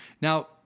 Now